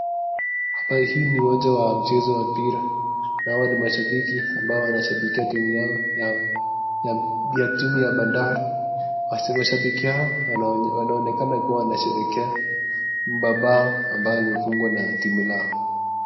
Hapa hii ni uwanja wa mchezo wa mpira na hawa ni mashabiki ambao wanashabikia timu yao ya timu ya Bandari. Mashabiki hao wanaonekana kua wanasherekea mabao ambayo imefungwa na timu lao.